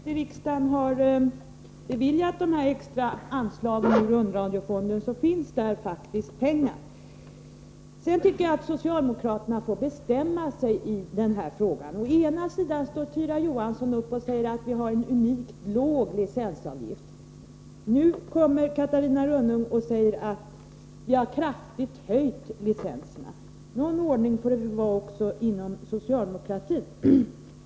Herr talman! Eftersom riksdagen inte beslutat om extra anslag ur rundradiofonden finns det faktiskt pengar där. Socialdemokraterna får lov att bestämma sig i den här frågan. Först säger Tyra Johansson att vi har en unikt låg licensavgift. Sedan säger Catarina Rönnung att licensavgifterna kraftigt höjts. Någon ordning får det väl vara även inom det socialdemokratiska partiet.